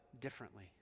differently